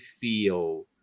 feel